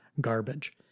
garbage